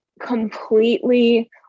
completely